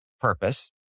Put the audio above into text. purpose